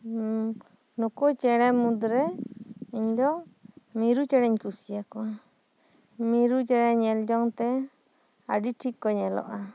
ᱱᱩᱠᱩ ᱪᱮᱬᱮ ᱢᱩᱫᱽ ᱨᱮ ᱤᱧ ᱫᱚ ᱢᱤᱨᱩ ᱪᱮᱬᱮᱧ ᱠᱩᱥᱤᱭᱟᱠᱚᱣᱟ ᱢᱤᱨᱩ ᱪᱮᱬᱮ ᱧᱮᱞ ᱡᱚᱝ ᱛᱮ ᱟᱹᱰᱤ ᱴᱷᱤᱠ ᱠᱚ ᱧᱮᱞᱚᱜ ᱟ